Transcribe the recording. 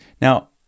Now